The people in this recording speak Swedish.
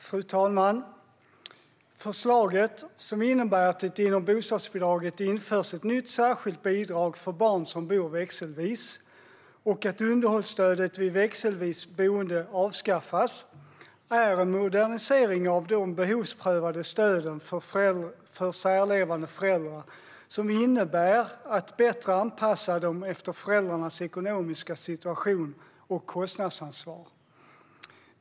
Fru talman! Förslaget, som innebär att det inom bostadsbidraget införs ett nytt särskilt bidrag för barn som bor växelvis och att underhållsstödet vid växelvist boende avskaffas, är en modernisering av de behovsprövade stöden för särlevande föräldrar. Det innebär att man bättre anpassar stöden efter föräldrarnas ekonomiska situation och kostnadsansvar.